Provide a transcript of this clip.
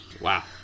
Wow